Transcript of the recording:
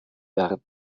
werden